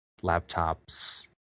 laptops